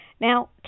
Now